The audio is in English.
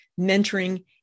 mentoring